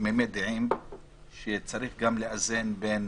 תמימי דעים, שצריך לאזן בין